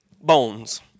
bones